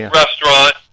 restaurant